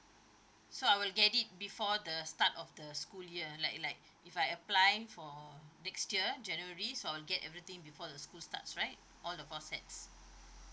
so I will get it before the start of the school year like like if I applying for next year january so I'll get everything before the school starts right all the four sets